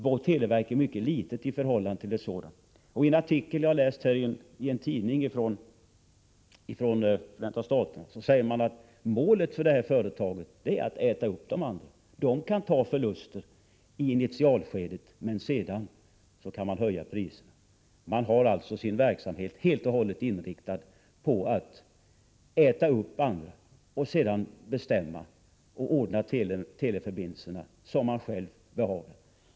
Vårt företag är mycket litet i förhållande till ett sådant företag. Enligt en artikel som jag läste i en amerikansk tidning är målet för detta företag att äta upp de andra. Företaget kan ta förluster i initialskedet. Sedan kan man höja priserna. Man har alltså sin verksamhet helt och hållet inriktad på att äta upp de andra. Sedan kan man ordna teleförbindelserna som man själv behagar.